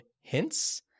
hints